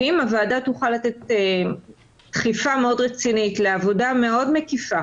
ואם הוועדה תוכל לתת דחיפה מאוד רצינית לעבודה מאוד מקיפה